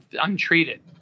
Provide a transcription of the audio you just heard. untreated